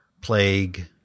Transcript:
plague